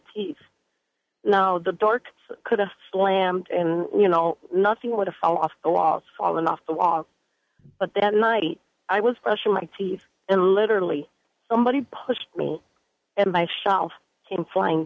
teeth now the dark could have slammed and you know nothing would fall off the walls fallen off the walls but that night i was brushing my teeth and literally somebody pushed me and my shelf came flying